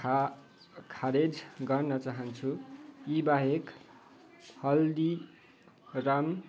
खा खारेज गर्न चाहन्छु यीबाहेक हल्दीराम